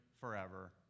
forever